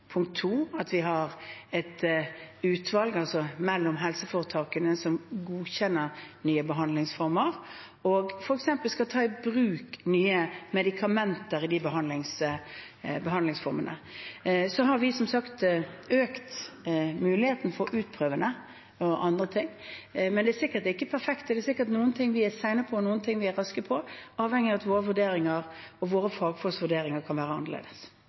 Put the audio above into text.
at vi har et utvalg, helseforetakene imellom, som godkjenner nye behandlingsformer, og f.eks. om man skal ta i bruk nye medikamenter i de behandlingsformene. Så har vi som sagt økt muligheten for utprøving og andre ting, men det er sikkert ikke perfekt. Det er sikkert noen ting vi er sene på, og noen ting vi er raske på, avhengig av at våre vurderinger og våre fagfolks vurderinger kan være annerledes.